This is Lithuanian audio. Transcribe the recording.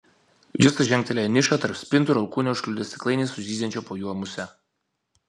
justas žengtelėjo į nišą tarp spintų ir alkūne užkliudė stiklainį su zyziančia po juo muse